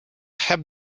have